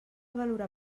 valorar